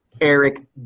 Eric